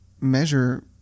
measure